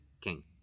king